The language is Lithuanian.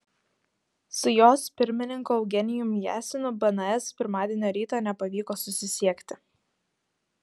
su jos pirmininku eugenijumi jesinu bns pirmadienio rytą nepavyko susisiekti